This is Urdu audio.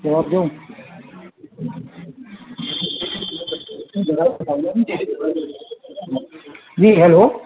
جواب دوں جی ہیلو